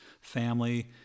family